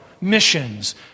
missions